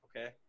Okay